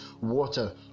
water